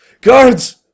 Guards